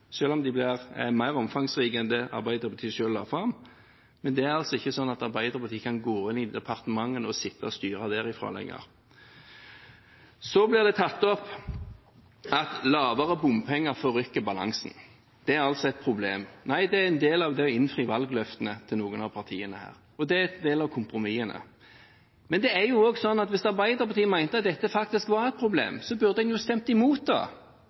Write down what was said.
om de blir mer omfangsrike enn det Arbeiderpartiet selv la fram. Men det er altså ikke sånn at Arbeiderpartiet kan gå inn i departementene og sitte og styre derfra lenger. Så blir det tatt opp at lavere bompenger forrykker balansen. Det er altså et problem. Nei, det er en del av det å innfri valgløftene til noen av partiene her, og det er en del av kompromissene. Men det er også slik at hvis Arbeiderpartiet mente at dette faktisk var et problem, burde en jo ha stemt imot!